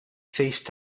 feest